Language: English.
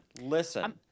Listen